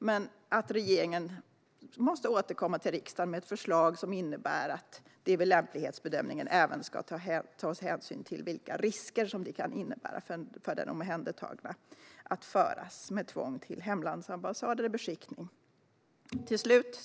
Men regeringen måste återkomma till riksdagen med ett förslag som innebär att det vid lämplighetsbedömningen även ska tas hänsyn till vilka risker som det kan innebära för den omhändertagna att med tvång föras till hemlandsambassad eller beskickning.